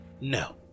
no